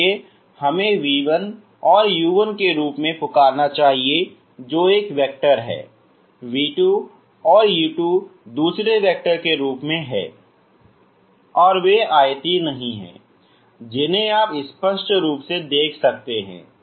इसलिए हमें v1 u1 के रूप में पुकारना चाहिए जो एक वेक्टर है v2 u2 दूसरे वेक्टर के रूप में हैं और वे आयतीय नहीं हैं जिन्हें आप स्पष्ट रूप से देख सकते हैं